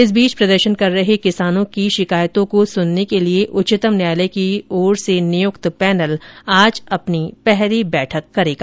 इस बीच प्रदर्शन कर रहे किसानों की शिकायतों को सुनने के लिए उच्चतम न्यायालय की ओर नियुक्त पैनल आज अपनी पहली बैठक करेगा